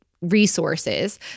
resources